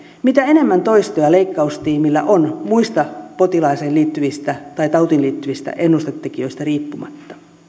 mitä enemmän toistoja leikkaustiimillä on muista potilaaseen liittyvistä tai tautiin liittyvistä ennustetekijöistä riippumatta